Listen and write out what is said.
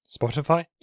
Spotify